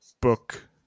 book